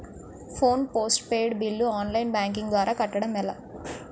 Phone postpaid bill online banking ద్వారా కట్టడం ఎలా?